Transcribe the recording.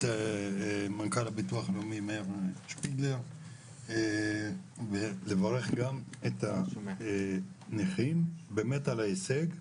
מנכ"ל הביטוח הלאומי מאיר שפיגלר ולברך גם את הנכים על ההישג.